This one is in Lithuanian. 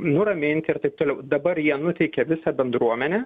nuraminti ir t t dabar jie nuteikia visą bendruomenę